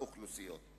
האוכלוסיות.